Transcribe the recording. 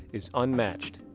is unmatched.